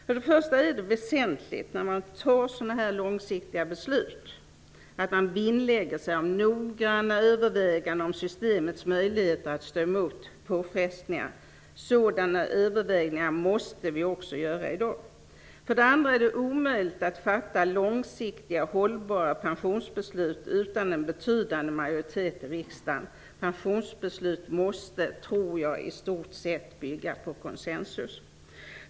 För det första är det väsentligt när man fattar sådana här långsiktiga beslut att man vinnlägger sig om noggranna överväganden om systemets möjligheter att stå emot påfrestningar. Sådana överväganden måste vi också göra i dag. För det andra är det omöjligt att fatta långsiktigt hållbara pensionsbeslut utan en betydande majoritet i riksdagen. Jag tror att pensionsbeslut i stort sett måste bygga på konsensus.